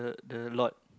the the lord